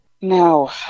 No